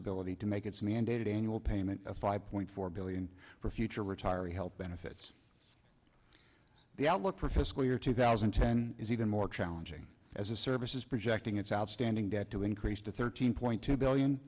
ability to make its mandated annual payment of five point four billion for future retirees health benefits the outlook for fiscal year two thousand and ten is even more challenging as a service is projecting its outstanding debt to increase to thirteen point two billion